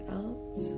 out